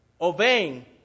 obeying